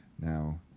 Now